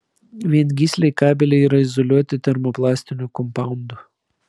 viengysliai kabeliai yra izoliuoti termoplastiniu kompaundu